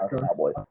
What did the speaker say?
Cowboys